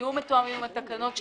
שיהיו מתואמים עם התקנות שלעתיד.